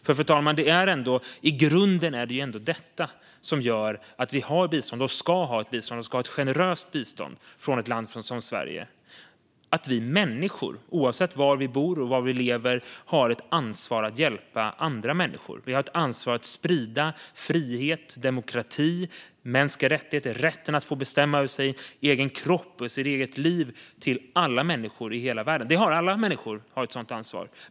För, fru talman, det är ändå i grunden detta som gör att vi har och ska ha ett generöst bistånd från ett land som Sverige - att vi människor, oavsett var vi bor och var vi lever, har ett ansvar att hjälpa andra människor. Vi har ett ansvar att sprida frihet, demokrati, mänskliga rättigheter och rätten att bestämma över sin egen kropp och sitt eget liv till alla människor i hela världen. Alla människor har ett sådant ansvar.